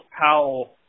Powell